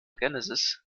genesis